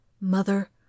Mother